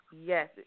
Yes